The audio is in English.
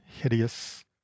hideous